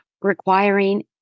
requiring